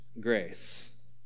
grace